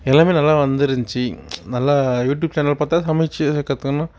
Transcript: எல்லாமே நல்லா வந்துருந்துச்சு நல்லா யூடியூப் சேனல் பார்த்துதான் சமைச்சு கற்றுக்குணும்